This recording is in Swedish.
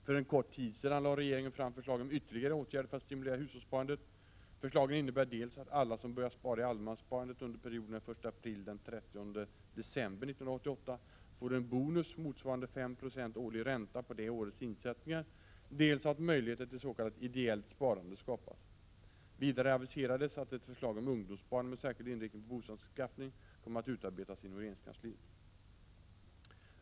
För en kort tid sedan lade regeringen fram förslag om ytterligare åtgärder för att stimulera hushållssparandet. Förslagen innebär dels att alla som börjar spara i allemanssparandet under perioden den 1 april-den 30 december 1988 får en bonus motsvarande 5 90 årlig ränta på det årets insättningar, dels att möjligheter till s.k. ideellt sparande skapas. Vidare aviserades att ett förslag om ungdomssparande med särskild inriktning på bostadsanskaffning kommer att utarbetas inom regeringskansliet.